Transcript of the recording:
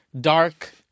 dark-